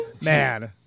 man